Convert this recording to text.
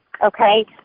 okay